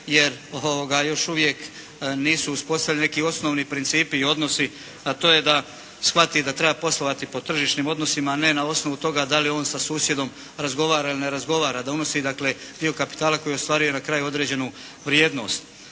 jer još uvijek nisu uspostavljeni neki osnovni principi i odnosi, a to je da shvati da treba poslovati po tržišnim odnosima, a ne na osnovu toga da li on sa susjedom razgovara ili ne razgovara, da unosi dakle dio kapitala koji ostvaruje na kraju određenu vrijednost.